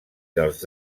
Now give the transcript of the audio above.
dels